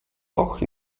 auch